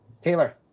taylor